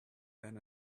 than